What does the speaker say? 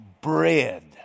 bread